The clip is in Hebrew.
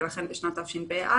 ולכן בשנת תשפ"א,